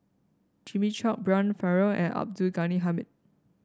Jimmy Chok Brian Farrell and Abdul Ghani Hamid